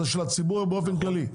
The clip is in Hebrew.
זה של הציבור באופן כללי,